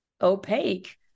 opaque